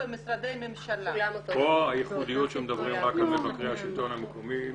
כאן הייחודיות שמדברים רק על מבקרי השלטון המקומי.